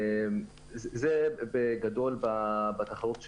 זה בגדול התחרות שראינו.